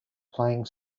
playing